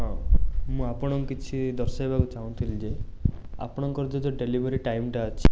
ହଁ ମୁଁ ଆପଣଙ୍କୁ କିଛି ଦର୍ଶାଇବାକୁ ଚାହୁଁଥିଲି ଯେ ଆପଣଙ୍କର ଯେଉଁ ଯେଉଁ ଡେଲିଭରି ଟାଇମ୍ଟା ଅଛି